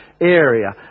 area